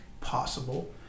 possible